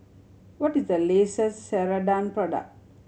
what is the latest Ceradan product